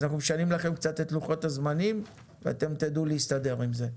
אנחנו משנים לכם קצת את לוחות הזמנים ואתם תדעו להסתדר עם זה.